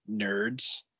nerds